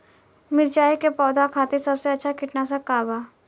मिरचाई के पौधा खातिर सबसे अच्छा कीटनाशक का बा?